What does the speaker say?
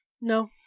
No